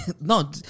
no